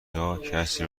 جاها، کسی